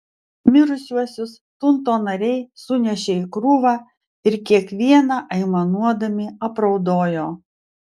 mirusiuosius tunto nariai sunešė į krūvą ir kiekvieną aimanuodami apraudojo